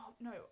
no